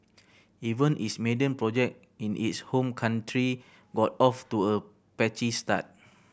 even its maiden project in its home country got off to a patchy start